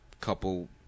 couple